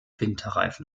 winterreifen